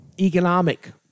economic